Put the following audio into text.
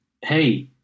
hey